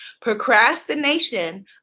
Procrastination